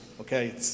okay